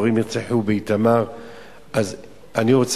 והורים נרצחו באיתמר.